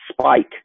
spike